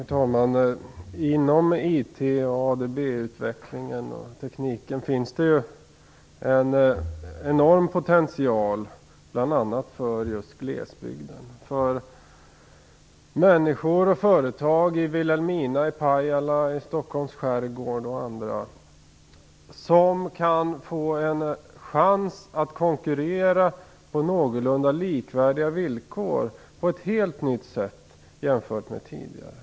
Herr talman! Inom IT och ADB-tekniken och utvecklingen på de områdena finns det en enorm potential bl.a. för glesbygden. Människor och företag i exempelvis Vilhelmina, Pajala och Stockholms skärgård kan få en chans att konkurrera på någorlunda likvärdiga villkor på ett helt nytt sätt jämfört med tidigare.